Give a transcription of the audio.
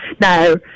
No